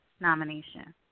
nomination